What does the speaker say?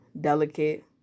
delicate